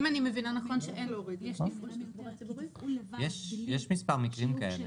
יש מספר מקרים כאלה.